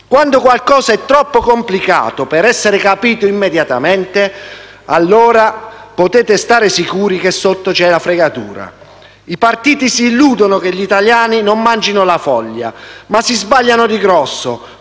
Quando qualcosa è troppo complicato per essere capito immediatamente, allora potete stare sicuri che sotto c'è la fregatura. I partiti si illudono che gli italiani non mangino la foglia, ma si sbagliano di grosso,